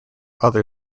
other